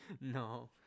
No